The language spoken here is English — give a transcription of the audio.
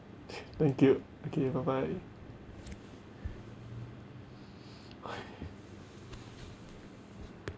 thank you okay bye bye